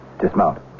Dismount